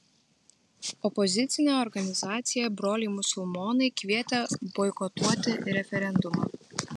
opozicinė organizacija broliai musulmonai kvietė boikotuoti referendumą